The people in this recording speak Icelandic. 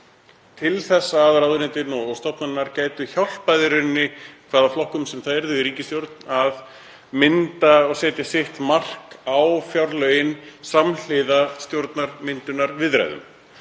til að ráðuneytin og stofnanirnar gætu hjálpað hvaða flokkum sem yrðu í ríkisstjórn að mynda og setja sitt mark á fjárlögin samhliða stjórnarmyndunarviðræðunum.